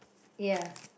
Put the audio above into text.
ya